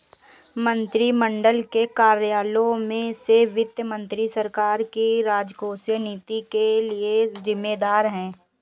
मंत्रिमंडल के कार्यालयों में से वित्त मंत्री सरकार की राजकोषीय नीति के लिए जिम्मेदार है